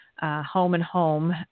home-and-home